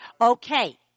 Okay